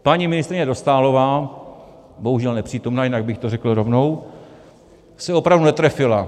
Paní ministryně Dostálová bohužel nepřítomná, jinak bych to řekl rovnou se opravdu netrefila.